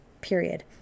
period